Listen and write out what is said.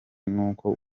n’uko